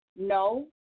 No